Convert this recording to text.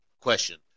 question